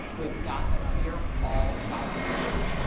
we've got to hear all sides of the story.